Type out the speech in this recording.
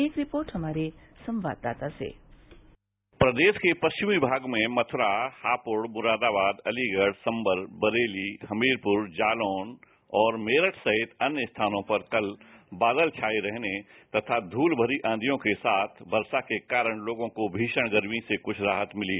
एक रिपोर्ट हमारे संवाददाता से प्रदेश के पश्चिमी भाग में मथुरा हापुड़ मुरादाबाद अलीगढ़ संभल बरेली हमीरपुर जालौन और मेरठ सहित अन्य स्थानों पर कल बादल छाए रहने तथा ध्रल भरी आधियों के साथ बरसा के कारण लोगों को भीषण गर्मी से कुछ राहत मिली